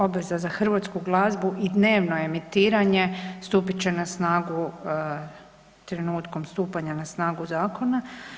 Obveza za hrvatsku glazbu i dnevno emitiranje stupit će na snagu trenutkom stupanja na snagu zakona.